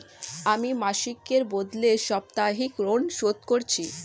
আমি মাসিকের বদলে সাপ্তাহিক ঋন শোধ করছি